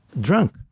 drunk